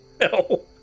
No